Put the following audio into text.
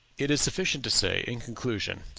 it is sufficient to say, in conclusion,